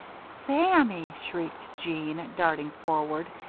sammy! shrieked jeanne, darting forward.